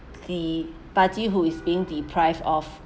the party who is being deprived of